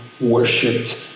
worshipped